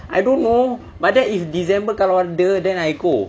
I don't know but then if december kalau ada then I go